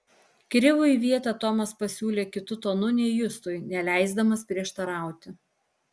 krivui vietą tomas pasiūlė kitu tonu nei justui neleisdamas prieštarauti